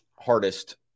hardest